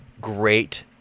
great